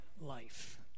life